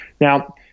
Now